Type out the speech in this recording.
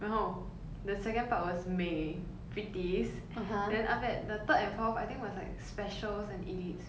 然后 the second part was 美 pretty then after that the third and fourth I think was like specials and elites